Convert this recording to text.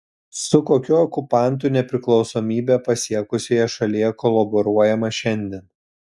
su kokiu okupantu nepriklausomybę pasiekusioje šalyje kolaboruojama šiandien